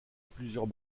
plusieurs